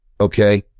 Okay